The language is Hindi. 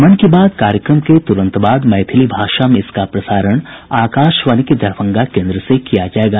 मन की बात कार्यक्रम के त्रंत बाद मैथिली भाषा में इसका प्रसारण आकाशवाणी के दरभंगा केन्द्र से किया जायेगा